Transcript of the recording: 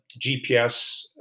GPS